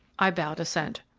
i bowed assent.